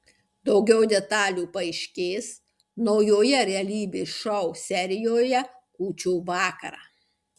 daugiau detalių paaiškės naujoje realybės šou serijoje kūčių vakarą